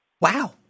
wow